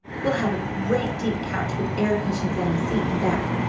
we'll have a great deep couch, with air-cushions on the seat and back,